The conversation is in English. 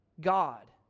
God